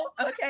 okay